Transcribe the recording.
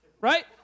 right